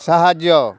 ସାହାଯ୍ୟ